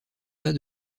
tas